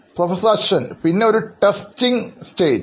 professor അശ്വിൻപിന്നെ ഒരു testing ഘട്ടം